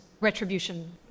retribution